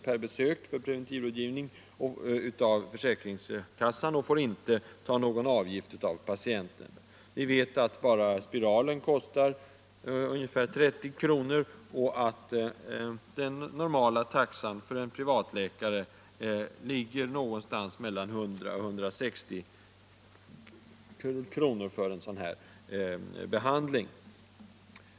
per besök för preventivrådgivning och får inte ta någon avgift av patienten. Vi vet att bara spiralen kostar ungefär 30 kr. och att den normala taxan för en privatläkare ligger någonstans mellan 100 och 160 kr. för en sådan här behandling.